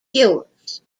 cures